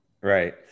Right